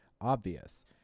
obvious